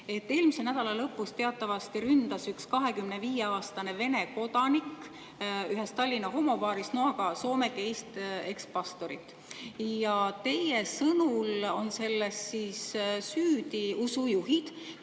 Eelmise nädala lõpus teatavasti ründas üks 25‑aastane Vene kodanik ühes Tallinna homobaaris noaga Soome geist ekspastorit. Ja teie sõnul on selles süüdi usujuhid,